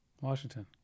Washington